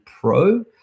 Pro